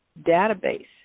database